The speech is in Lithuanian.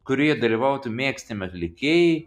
kurioje dalyvautų mėgstami atlikėjai